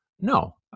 No